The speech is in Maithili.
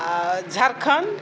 आ झारखण्ड